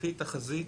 לפי תחזית